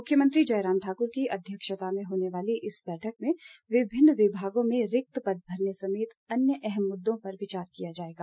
मुख्यमंत्री जयराम ठाकुर की अध्यक्षता में होने वाली इस बैठक में विभिन्न विमागों में रिक्त पद भरने समेत अन्य अहम मुद्दों पर विचार किया जाएगा